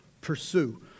Pursue